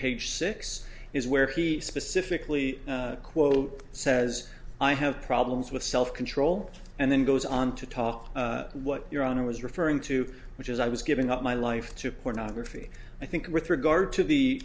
page six is where he specifically quote says i have problems with self control and then goes on to talk what your honor was referring to which is i was giving up my life to pornography i think with regard to the